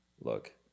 look